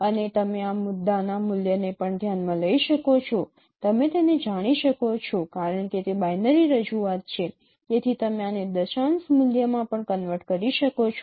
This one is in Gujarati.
અને તમે આ મુદ્દાના મૂલ્યને પણ ધ્યાનમાં લઈ શકો છો તમે તેને જાણી શકો છો કારણ કે તે બાઇનરી રજૂઆત છે તેથી તમે આને દશાંશ મૂલ્યમાં પણ કન્વર્ટ કરી શકો છો